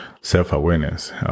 self-awareness